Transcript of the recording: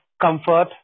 comfort